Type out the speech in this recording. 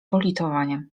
politowania